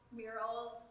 murals